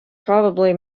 probably